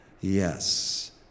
Yes